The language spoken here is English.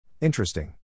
Interesting